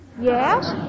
Yes